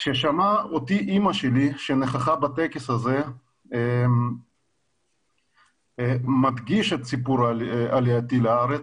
כששמעה אותי אימא שלי שנכחה בטקס הזה שאני מדגיש את סיפור עלייתי לארץ,